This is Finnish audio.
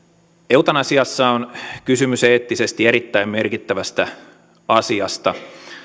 eutanasiassa on kysymys eettisesti erittäin merkittävästä asiasta